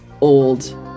old